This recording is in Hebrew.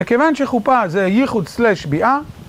מכיוון שחופה זה ייחוד סלש ביאה.